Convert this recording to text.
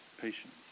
Patience